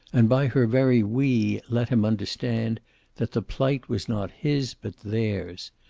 and by her very we let him understand that the plight was not his but theirs.